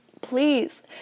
please